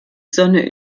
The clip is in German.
sonne